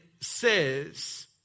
says